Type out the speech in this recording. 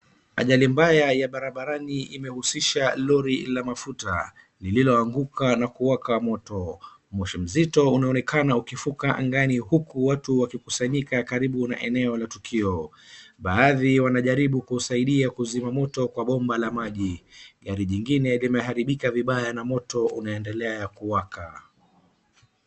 Ajali mbaya ya barabarani imehusisha lori la mafuta lililoanguka na kuwaka moto. Moshi mzito unaoneka ukifuka angani huku watu wakikusanyika karibu na eneo la tukio, baadhi yao wanajaribu kusaidia kuzima moto kwa bomba la maji. Gari jingine limehariika vibaya ya moto unaendelea kuwaka.